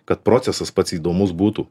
kad procesas pats įdomus būtų